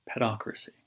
pedocracy